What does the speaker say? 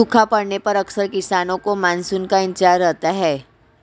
सूखा पड़ने पर अक्सर किसानों को मानसून का इंतजार रहता है